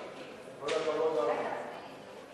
שעה) (תיקון), התשע"ב 2011,